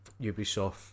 Ubisoft